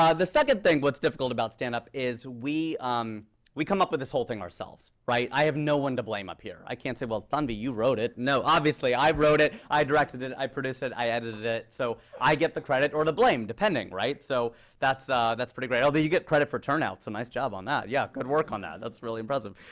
the second thing what's difficult about stand-up is we um we come up with this whole thing ourselves. right? i have no one to blame up here. i can't say, well, tonby, you wrote it. no, obviously, i wrote it, i directed it, i produced it, i edited it. so i get the credit or the blame depending. right? so that's ah that's pretty great. although you get credit for turnout, so nice job on the. yeah, good work on that. that's really impressive.